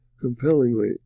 compellingly